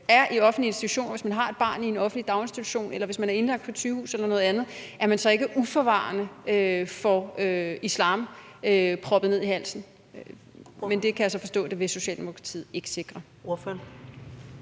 er i en offentlig institution, hvis man har et barn i et offentlig daginstitution eller hvis man er indlagt på et sygehus eller noget andet, så ikke uforvarende får islam proppet ned i halsen. Men det kan jeg så forstå at Socialdemokratiet ikke vil sikre.